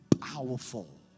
powerful